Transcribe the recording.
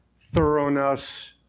thoroughness